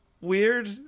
weird